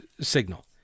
signal